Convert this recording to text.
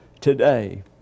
today